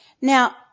Now